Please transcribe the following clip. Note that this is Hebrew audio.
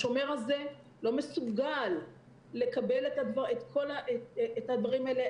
השומר הזה לא מסוגל לקבל את הדברים האלה,